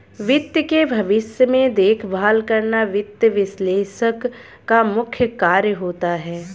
वित्त के भविष्य में देखभाल करना वित्त विश्लेषक का मुख्य कार्य होता है